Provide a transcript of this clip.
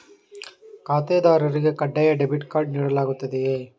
ಖಾತೆದಾರರಿಗೆ ಕಡ್ಡಾಯ debit card ನೀಡಲಾಗುತ್ತದೆಯೇ?